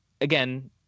again